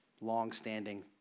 Long-standing